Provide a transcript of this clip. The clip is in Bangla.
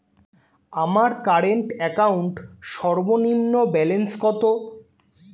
আমার কারেন্ট অ্যাকাউন্ট সর্বনিম্ন ব্যালেন্স কত?